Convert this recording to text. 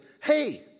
Hey